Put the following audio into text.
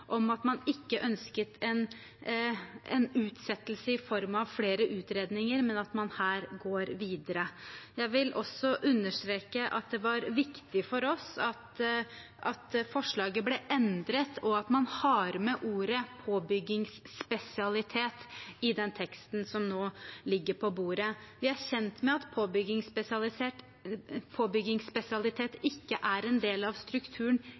at man ikke ønsket en utsettelse i form av flere utredninger, men at man her går videre. Jeg vil også understreke at det var viktig for oss at forslaget ble endret, og at man har med ordet «påbyggingsspesialitet» i den teksten som nå ligger på bordet. Vi er kjent med at påbyggingsspesialitet ikke er en del av strukturen